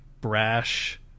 brash